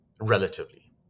relatively